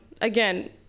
again